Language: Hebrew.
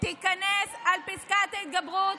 לפסקת ההתגברות,